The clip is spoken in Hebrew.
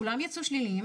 כולם יצאו שליליים